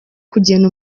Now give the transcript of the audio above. kugena